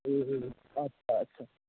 ए ए आच्छा आच्छा